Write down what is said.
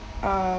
um